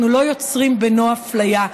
אנחנו לא יוצרים אפליה: